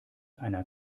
einer